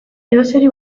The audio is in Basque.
edozeri